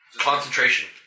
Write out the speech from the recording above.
Concentration